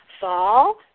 fall